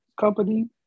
company